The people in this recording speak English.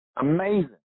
Amazing